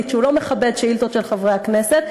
שהוא לא מכבד שאילתות של חברי הכנסת.